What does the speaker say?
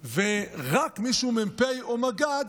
ורק מי שהוא מ"פ או מג"ד